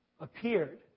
appeared